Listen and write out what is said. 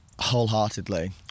wholeheartedly